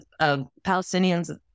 Palestinians